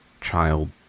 child